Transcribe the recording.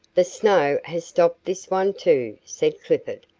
the snow has stopped this one, too, said clifford.